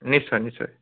নিশ্চয় নিশ্চয়